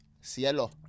Cielo